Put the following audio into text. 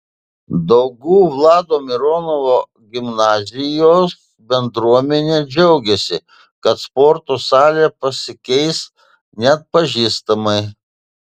daugų vlado mirono gimnazijos bendruomenė džiaugiasi kad sporto salė pasikeis neatpažįstamai